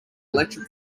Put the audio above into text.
electric